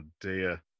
dear